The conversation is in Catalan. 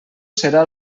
serà